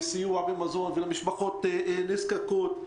וסיוע במזון למשפחות נזקקות,